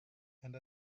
and